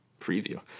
Preview